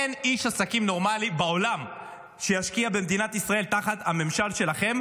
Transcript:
אין איש עסקים נורמלי בעולם שישקיע במדינת ישראל תחת הממשל שלכם,